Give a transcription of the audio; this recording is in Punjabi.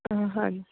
ਹਾਂ ਹਾਂਜੀ